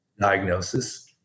diagnosis